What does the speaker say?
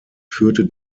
führte